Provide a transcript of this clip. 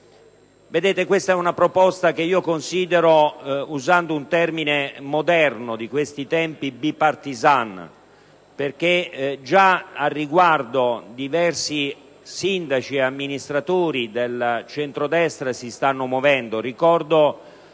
Vedete, questa è una proposta che considero, usando un termine di questi tempi, *bipartisan*, perché al riguardo già diversi sindaci ed amministratori del centrodestra si stanno muovendo.